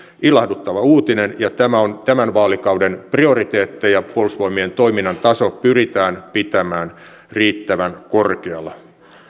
ilahduttava uutinen tämä on tämän vaalikauden prioriteetteja puolustusvoimien toiminnan taso pyritään pitämään riittävän korkealla